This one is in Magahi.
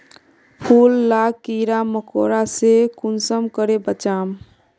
फूल लाक कीड़ा मकोड़ा से कुंसम करे बचाम?